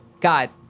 God